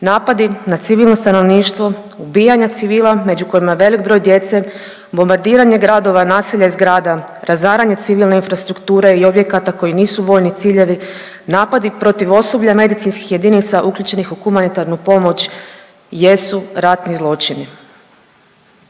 napadi na civilno stanovništvo, ubijanje civila među kojima je velik broj djece, bombardiranje gradova, naselja i zgrada, razaranje civilne infrastrukture i objekata koji nisu vojni ciljevi, napadi protiv osoblja medicinskih jedinica uključenih u humanitarnu pomoć jesu ratni zločini.